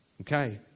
okay